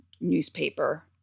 newspaper